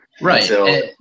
Right